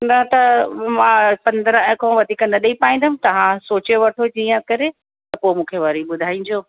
न त मां पंद्रहं खां वधीक न ॾई पाईंदमि तव्हां सोचे वठो जीअं करे त पोइ मूंखे वरी ॿुधाईंजो